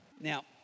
Now